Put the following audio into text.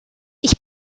ich